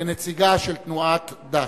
כנציגה של תנועת ד"ש.